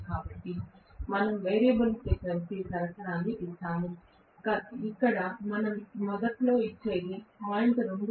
కాబట్టి మనం variable frequency సరఫరాను ఇస్తాము ఇక్కడ మనం మొదట్లో ఇచ్చేది 0